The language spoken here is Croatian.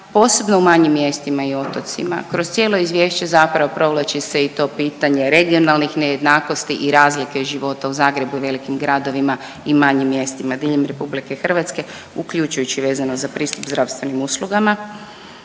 posebno u manjim mjestima i otocima, kroz cijelo izvješće zapravo provlači se i to pitanje regionalnih nejednakosti i razlike života u Zagrebu i velikim gradovima i manjim mjestima diljem RH, uključujući vezano za pristup zdravstvenim uslugama.